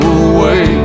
away